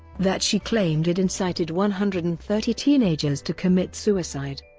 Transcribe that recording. that she claimed had incited one hundred and thirty teenagers to commit suicide.